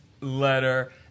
letter